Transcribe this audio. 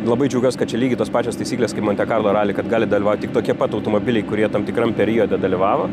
labai džiaugiuos kad čia lygiai tos pačios taisyklės kaip monte karlo raly kad gali dalyvauti tik tokie pat automobiliai kurie tam tikram periode dalyvavo